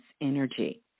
energy